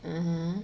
(uh huh)